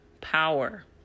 power